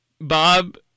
Bob